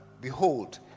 Behold